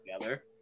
together